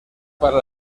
para